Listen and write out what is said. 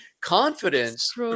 Confidence